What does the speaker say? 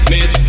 Miss